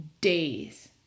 days